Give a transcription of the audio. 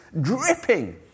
dripping